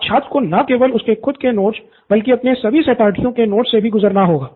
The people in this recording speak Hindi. अब छात्र को न केवल उसके खुद के नोट्स बल्कि अपने सभी सहपाठियों के नोट्स से भी गुजरना होगा